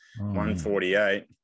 148